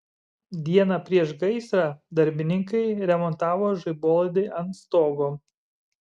dieną prieš gaisrą darbininkai remontavo žaibolaidį ant stogo